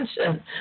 attention